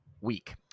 week